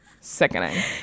sickening